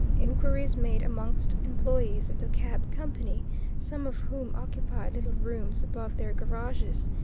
inquiries made amongst employees of the cab company, some of whom occupied little rooms above their garages,